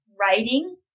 writing